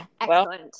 excellent